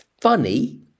funny